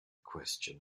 question